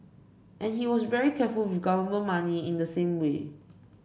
and he was very careful with government money in the same way